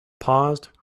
paused